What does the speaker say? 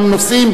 סיעתך.